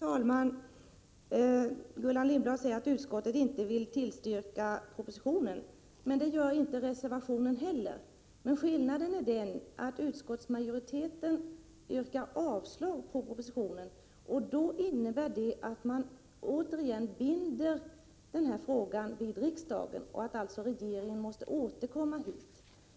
Herr talman! Gullan Lindblad säger att utskottet inte vill tillstyrka propositionen. Men det gör man ju inte i reservationen heller. Skillnaden är att utskottsmajoriteten yrkar avslag på propositionen. Det innebär att man återigen binder denna fråga vid riksdagen och att regeringen måste återkomma till riksdagen.